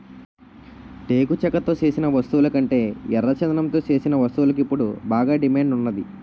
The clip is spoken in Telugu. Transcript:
టేకు చెక్కతో సేసిన వస్తువులకంటే ఎర్రచందనంతో సేసిన వస్తువులకు ఇప్పుడు బాగా డిమాండ్ ఉన్నాది